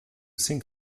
think